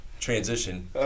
transition